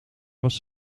was